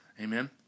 Amen